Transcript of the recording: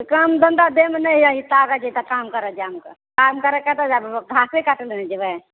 तऽ काम धन्धा देहमे नहि अछि ताकत जे काम करऽ जाउ कतहुँ काम करऽ जाउ कतऽ घासे काटऽ लए ने जेबै